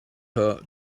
her